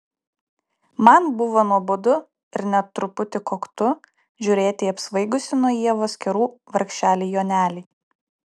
man buvo nuobodu ir net truputį koktu žiūrėti į apsvaigusį nuo ievos kerų vargšelį jonelį